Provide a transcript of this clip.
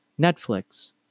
Netflix